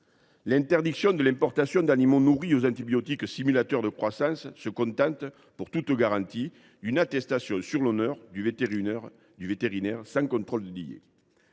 l’interdiction de l’importation d’animaux nourris aux antibiotiques simulateurs de croissance, il faut se contenter, pour toute garantie, d’une attestation sur l’honneur du vétérinaire, sans contrôle lié.